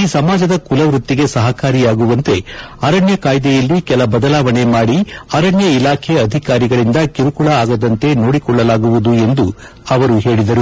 ಈ ಸಮಾಜದ ಕುಲವೃತ್ತಿಗೆ ಸಹಕಾರಿಯಾಗುವಂತೆ ಅರಣ್ಯ ಕಾಯಿದೆಯಲ್ಲಿ ಕೆಲ ಬದಲಾವಣೆ ಮಾಡಿ ಅರಣ್ಯ ಇಲಾಖೆ ಅಧಿಕಾರಿಗಳಿಂದ ಕಿರುಕುಳ ಆಗದಂತೆ ನೋಡಿಕೊಳ್ಳಲಾಗುವುದು ಎಂದು ಹೇಳದರು